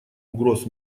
угроз